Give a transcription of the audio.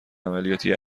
عملیاتی